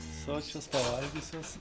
sočios pavalgiuosios